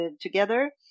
together